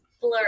blur